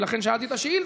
לכן שאלתי את השאילתה,